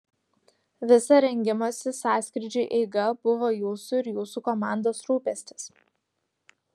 visa rengimosi sąskrydžiui eiga buvo jūsų ir jūsų komandos rūpestis